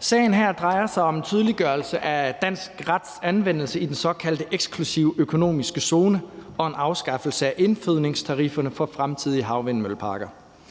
Sagen her drejer sig om tydeliggørelse af dansk rets anvendelse i den såkaldte eksklusive økonomiske zone og en afskaffelse af indfødningstarifferne for fremtidige havvindmølleparker.